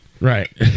Right